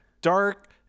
dark